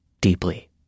deeply